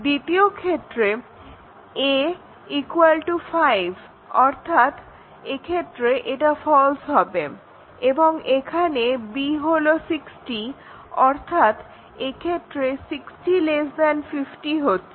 দ্বিতীয় ক্ষেত্রে a 5 অর্থাৎ এক্ষেত্রে এটা ফলস্ হবে এবং এখানে b হলো 60 অর্থাৎ এক্ষেত্রে 60 50 হচ্ছে